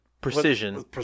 precision